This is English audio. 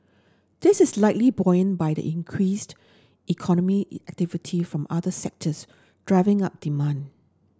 this is likely buoyed by the increased economic from other sectors driving up demand